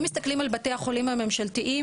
אם מסתכלים על בתי החולים הממשלתיים,